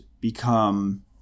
become